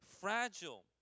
fragile